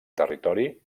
territori